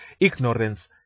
ignorance